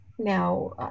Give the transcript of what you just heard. now